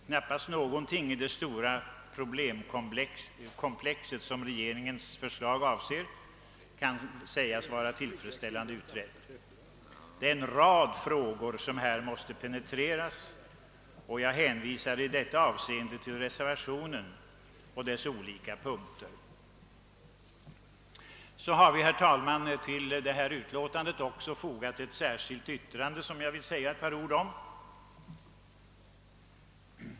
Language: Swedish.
Knappast någonting i det stora problemkomplex som regeringens förslag avser kan sägas vara tillfredsställande utrett. Det är en lång rad frågor som måste penetreras, och jag hänvisar i detta avseende till reservationerna under de olika punkterna. Herr talman! Till detta utlåtande har vi också fogat ett särskilt yttrande, som jag vill säga ett par ord om.